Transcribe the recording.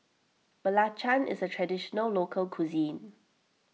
Belacan is a Traditional Local Cuisine